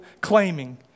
claiming